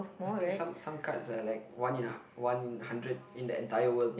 I think some some cards are like one in one in hundred in the entire world